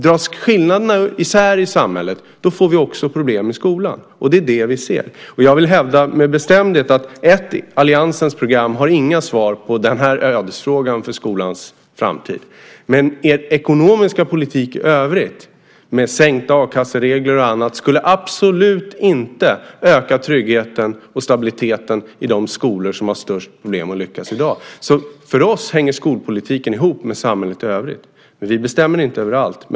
Dras skillnaderna i samhället isär, får vi också problem i skolan. Det är det vi ser. Jag vill med bestämdhet hävda att alliansens program inte har några svar på den här ödesfrågan för skolans framtid. Men er ekonomiska politik i övrigt, med sänkta a-kasseregler och annat, skulle absolut inte öka tryggheten och stabiliteten i de skolor som har störst problem att lyckas i dag. För oss hänger skolpolitiken ihop med samhället i övrigt. Vi bestämmer inte över allt.